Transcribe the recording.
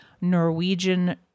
Norwegian